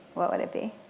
what would it be?